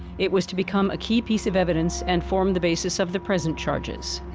it was to become a key piece of evidence, and form the basis of the present charges.